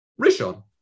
rishon